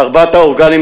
ארבעת האורגנים,